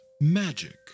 magic